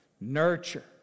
nurture